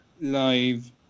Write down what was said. live